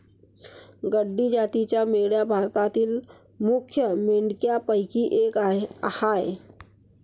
गड्डी जातीच्या मेंढ्या भारतातील मुख्य मेंढ्यांपैकी एक आह